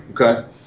Okay